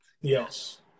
Yes